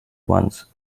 ones